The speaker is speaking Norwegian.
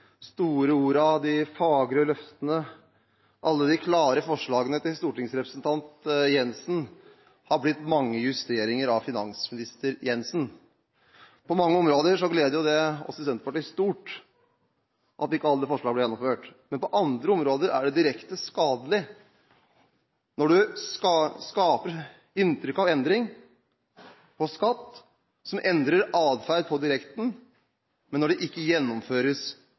alle de klare forslagene til stortingsrepresentant Jensen har blitt til mange justeringer av finansminister Jensen. På mange områder gleder det oss i Senterpartiet stort at ikke alle disse forslagene blir gjennomført, men på andre områder er det direkte skadelig, nemlig når man skaper et inntrykk av endring på skatt som endrer atferd på direkten, og det ikke gjennomføres